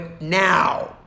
Now